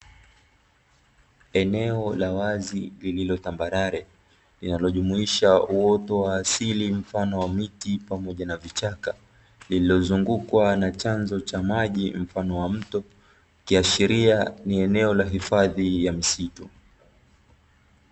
Eneo la wazi lililotambarare, linalo jumuisha uoto wa asili mfani wa miti pamoja na vichaka, lililozungukwa na chanzo cha maji mfano wa mto, likiashiria ni eneo la hifadhi ya msitu.